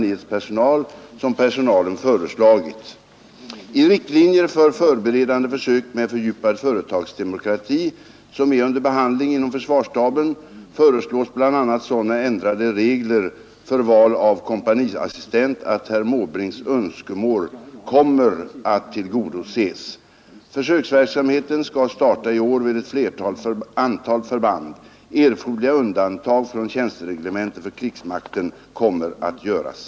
I riktlinjer för förberedande försök med fördjupad företagsdemokrati, som är under behandling inom försvarsstaben, föreslås bl.a. sådana ändrade regler för val av kompaniassistent att herr Måbrinks önskemål kommer att tillgodoses. Försöksverksamheten skall starta i år vid ett antal förband. Erforderliga undantag från tjänstereglementet för krigsmakten kommer att göras.